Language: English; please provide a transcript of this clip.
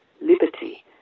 liberty